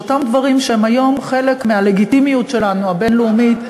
כדי שאותם דברים שהם היום חלק מהלגיטימיות שלנו הבין-לאומית,